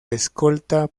escolta